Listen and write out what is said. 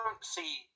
see